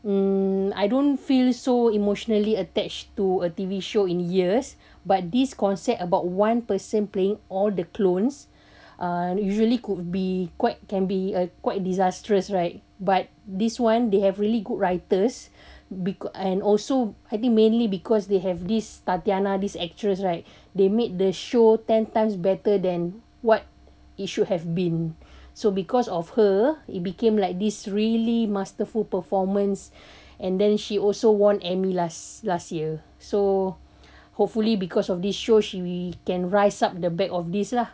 mm I don't feel so emotionally attached to a T_V show in years but this concept about one person playing all the clones uh usually could be quite can be a quite disastrous right but this one they have really good writers because and also I think mainly because they have this tatiana this actress right they made the show ten times better than what it should have been so because of her it became like this really masterful performance and then she also won emmy last last year so hopefully because of this shows you we can rise up the back of this lah